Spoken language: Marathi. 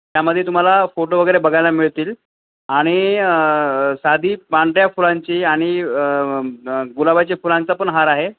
त्यामध्ये तुम्हाला फोटो वगैरे बघायला मिळतील आणि साधी पांढऱ्या फुलांची आणि गुलाबाच्या फुलांचा पण हार आहे